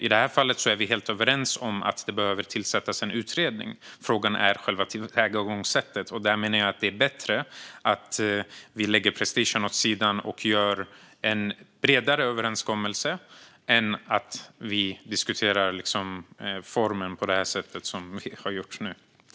I det här fallet är vi helt överens om att det behöver tillsättas en utredning. Frågan är själva tillvägagångssättet. Där menar jag att det är bättre att vi lägger prestigen åt sidan och gör en bredare överenskommelse än att vi diskuterar formen på det sätt som vi nu har gjort.